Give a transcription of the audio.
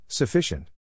Sufficient